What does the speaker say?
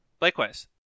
Likewise